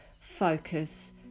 focus